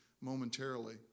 momentarily